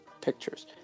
pictures